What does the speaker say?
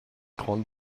grandes